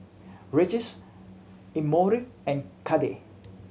Regis Emory and Cade